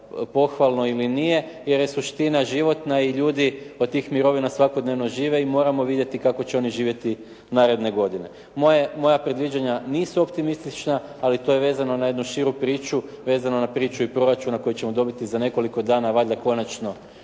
pohvalno ili nije, jer je suština životna i ljudi od tih mirovina svakodnevno žive i moramo vidjeti kako će oni živjeti naredne godine. Moja predviđanja nisu optimistična, ali to je vezano na jednu širu priču, vezano na priču i proračuna koji ćemo dobiti za nekoliko dana valjda konačno